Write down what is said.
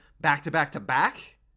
back-to-back-to-back